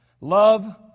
love